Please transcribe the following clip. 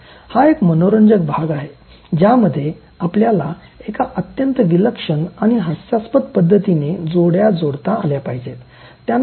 हा एक मनोरंजक भाग आहे ज्यामध्ये आपल्याला एका अत्यंत विलक्षण आणि हास्यास्पद पध्दतीने जोड्या जोडता आल्या पाहिजेत